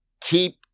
Keep